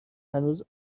هنوز